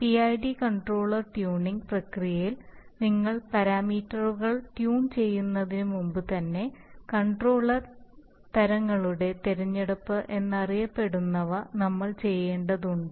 PID controller tuning പ്രക്രിയയിൽ നിങ്ങൾ പാരാമീറ്ററുകൾ ട്യൂൺ ചെയ്യുന്നതിന് മുമ്പുതന്നെ കൺട്രോളർ തരങ്ങളുടെ തിരഞ്ഞെടുപ്പ് എന്നറിയപ്പെടുന്നവ നമ്മൾ ചെയ്യേണ്ടതുണ്ട്